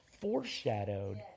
foreshadowed